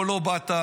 פה לא באת,